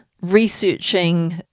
researching